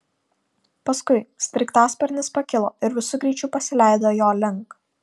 paskui sraigtasparnis pakilo ir visu greičiu pasileido jo link